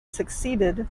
succeeded